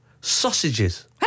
Sausages